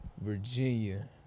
Virginia